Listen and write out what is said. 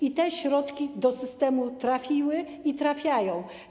I te środki do systemu trafiły i trafiają.